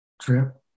trip